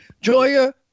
Joya